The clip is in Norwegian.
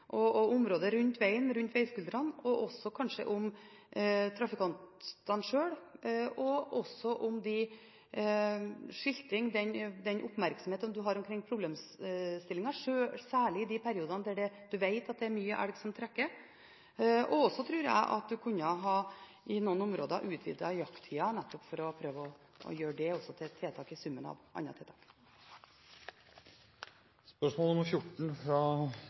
og om området rundt vegen og vegskuldrene, og kanskje også om trafikantene sjøl, om skilting, og om den oppmerksomheten en har på problemstillingen, særlig i de periodene en vet at det er mye elg som trekker. Jeg tror også at en i noen områder kunne ha utvidet jakttiden, for å prøve å gjøre det også til et tiltak i summen av andre tiltak.